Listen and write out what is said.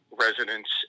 residents